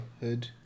hood